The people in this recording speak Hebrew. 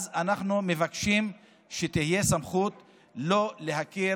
אז אנחנו מבקשים שתהיה סמכות לא להכיר